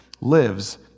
lives